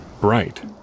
bright